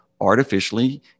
artificially